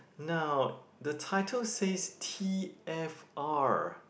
now the title says T_F_R